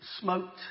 smoked